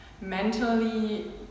mentally